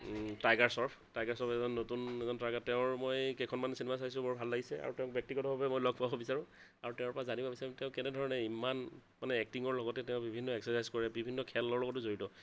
tiger Shroff Tiger Shroff এজন নতুন এজন তাৰকা তেওঁৰ মই কেইখনমান চিনেমা চাইছোঁ বৰ ভাল লাগিছে আৰু তেওঁক ব্যক্তিগতভাৱে মই লগ পাব বিচাৰোঁ আৰু তেওঁৰ পৰা জানিব বিচাৰোঁ তেওঁ কেনেধৰণে ইমান মানে এক্টিঙৰ লগতে তেওঁ বিভিন্ন এক্সাৰচাইজ কৰে বিভিন্ন খেলৰ লগতো জড়িত